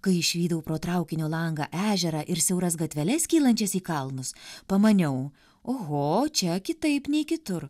kai išvydau pro traukinio langą ežerą ir siauras gatveles kylančias į kalnus pamaniau oho čia kitaip nei kitur